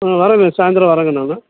ம் வரேங்க சாய்ந்திரம் வரேங்க நான்